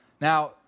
Now